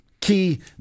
key